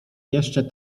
jeszcze